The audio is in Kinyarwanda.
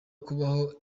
kubaho